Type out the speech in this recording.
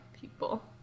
people